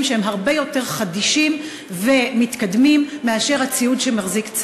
שהם הרבה יותר חדישים ומתקדמים מאשר הציוד שצה"ל מחזיק.